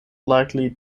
likely